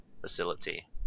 facility